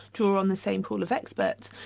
draw on the same pool of experts.